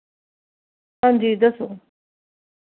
हां जी दस्सो